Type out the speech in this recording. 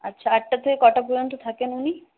আচ্ছা আটটা থেকে কটা পর্যন্ত থাকেন উনি